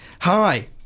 Hi